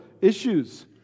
issues